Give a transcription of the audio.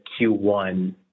Q1